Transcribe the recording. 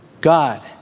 God